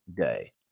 day